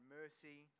mercy